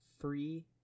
free